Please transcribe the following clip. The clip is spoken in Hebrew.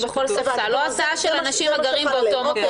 בכל ספסל או הסעה של אנשים הגרים באותו מקום,